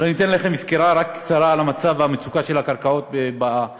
אני אתן לכם רק סקירה קצרה על מצב המצוקה של הקרקעות בעדה